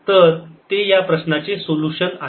तर ते या प्रश्नाचे चे सोलुशन आहे